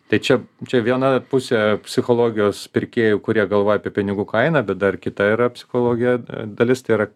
tai čia čia viena pusė psichologijos pirkėjų kurie galvoja apie pinigų kainą bet dar kita yra psichologija dalis tai yra